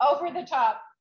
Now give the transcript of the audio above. over-the-top